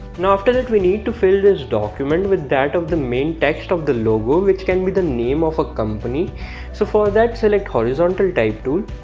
now after that we need to fill this document with that of the main text of the logo which can be the name of a company so for that select horizontal type tool